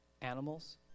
Animals